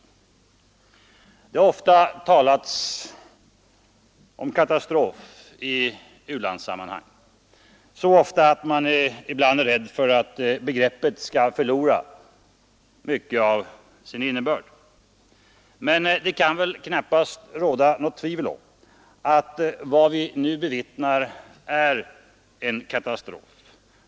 Det har ofta talats om katastrof i samband med u-ländernas situation, så ofta att man är rädd för att begreppet förlorat mycket av sin innebörd. Men det kan väl knappast råda något tvivel om att vad vi nu bevittnar är en katastrof.